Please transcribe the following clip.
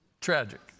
Tragic